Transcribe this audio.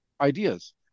ideas